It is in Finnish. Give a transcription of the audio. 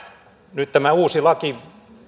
nyt tämä uusi laki